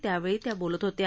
त्यावेळी त्या बोलत होत्या